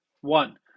One